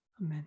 Amen